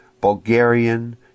Bulgarian